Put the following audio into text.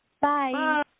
bye